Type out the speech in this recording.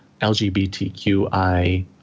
LGBTQI